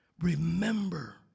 remember